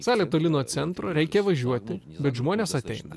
salė toli nuo centro reikia važiuoti bet žmonės ateina